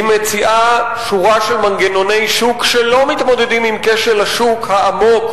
היא מציעה שורה של מנגנוני שוק שלא מתמודדים עם כשל השוק העמוק,